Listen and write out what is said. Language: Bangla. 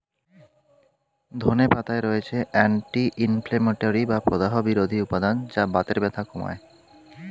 ধনে পাতায় রয়েছে অ্যান্টি ইনফ্লেমেটরি বা প্রদাহ বিরোধী উপাদান যা বাতের ব্যথা কমায়